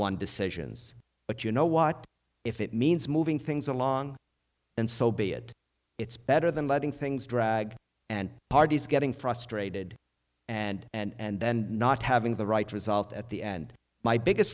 one decisions but you know what if it means moving things along and so be it it's better than letting things drag and parties getting frustrated and and not having the right result at the end my biggest